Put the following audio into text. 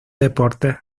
deportes